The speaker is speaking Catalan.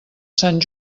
sant